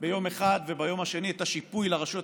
ביום אחד וביום השני את השיפוי לרשויות